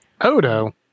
Odo